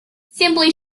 simply